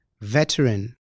Veteran